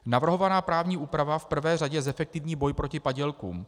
Navrhovaná právní úprava v prvé řadě zefektivní boj proti padělkům.